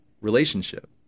relationship